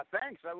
thanks